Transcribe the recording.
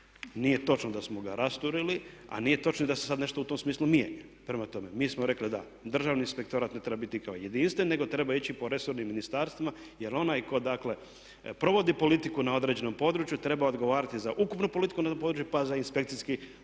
Nije točno da smo ga rasturili a nije točno ni da se sada nešto u tom smislu mijenja. Prema tome, mi smo rekli da državni inspektorat ne treba biti kao jedinstven nego treba ići po resornim ministarstvima jer onaj tko dakle provodi politiku na određenom području treba odgovarati za ukupnu politiku na tom području pa za inspekciji nadzor